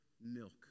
milk